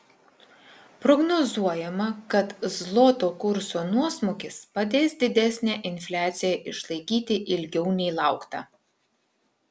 prognozuojama kad zloto kurso nuosmukis padės didesnę infliaciją išlaikyti ilgiau nei laukta